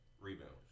rebounds